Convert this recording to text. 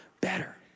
better